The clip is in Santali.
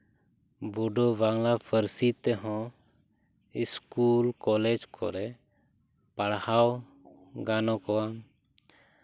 ᱵᱳᱰᱳ ᱵᱟᱝᱞᱟ ᱯᱟᱹᱨᱥᱤ ᱛᱮᱦᱚᱸ ᱥᱠᱩᱞ ᱠᱚᱞᱮᱡᱽ ᱠᱚᱨᱮ ᱯᱟᱲᱦᱟᱣ ᱜᱟᱱᱚᱜᱼᱟ